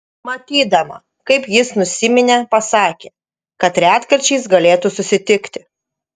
matydama kaip jis nusiminė pasakė kad retkarčiais galėtų susitikti